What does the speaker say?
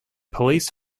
police